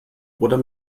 oder